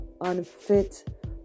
unfit